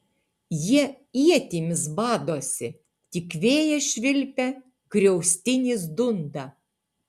jie ietimis badosi tik vėjas švilpia griaustinis dunda